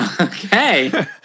Okay